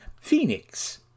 Phoenix